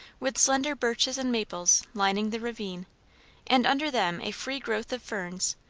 with slender birches and maples, lining the ravine and under them a free growth of ferns,